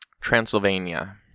Transylvania